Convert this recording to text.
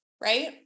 right